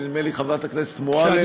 ונדמה לי חברת הכנסת מועלם,